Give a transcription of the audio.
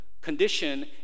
condition